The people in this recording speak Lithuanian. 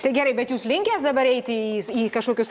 tai gerai bet jūs linkęs dabar eiti į kažkokius